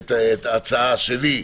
את הצעתי,